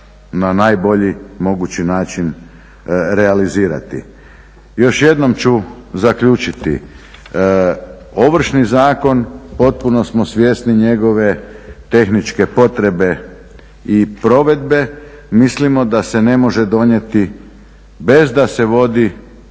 na najbolji mogući način realizirati. Još jednom ću zaključiti, Ovršni zakon, potpuno smo svjesni njegove tehničke potrebe i provedbe. Mislimo da se ne može donijeti bez da se vodi